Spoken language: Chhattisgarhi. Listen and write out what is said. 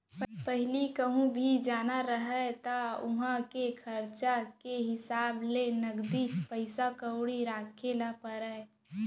पहिली कहूँ भी जाना रहय त उहॉं के खरचा के हिसाब ले नगदी पइसा कउड़ी राखे ल परय